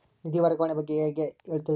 ನಿಧಿ ವರ್ಗಾವಣೆ ಬಗ್ಗೆ ಹೇಗೆ ತಿಳಿಯುವುದು?